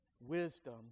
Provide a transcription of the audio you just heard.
wisdom